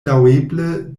laŭeble